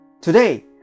Today